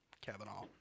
Kavanaugh